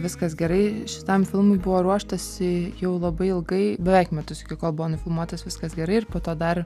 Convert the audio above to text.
viskas gerai šitam filmui buvo ruoštasi jau labai ilgai beveik metus iki kol buvo nufilmuotas viskas gerai ir po to dar